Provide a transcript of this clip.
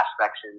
aspects